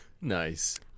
Nice